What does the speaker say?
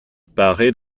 paraît